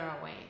away